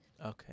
Okay